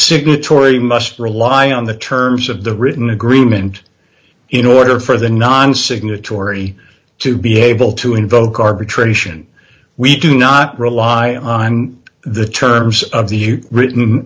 signatory must rely on the terms of the written agreement in order for the non signatory to be able to invoke arbitration we do not rely on the terms of the written